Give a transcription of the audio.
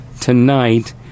tonight